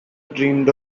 dreamed